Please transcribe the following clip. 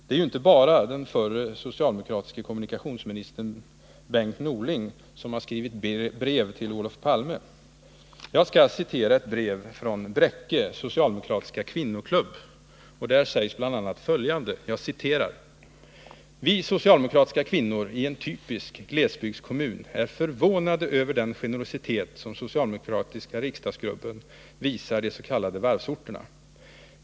Det är inte bara den förre socialdemokratiske kommunikationsministern Bengt Norling som har skrivit brev till Olof Palme. Jag skall citera ett brev från Bräcke socialdemokratiska kvinnoklubb. Där sägs bl.a. följande: ”Vi socialdemokratiska kvinnor i en typisk glesbygdskommun är förvånade över den generositet som socialdemokratiska riksdagsgruppen visar de så kallade varvsorterna.